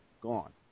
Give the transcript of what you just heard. gone